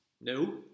no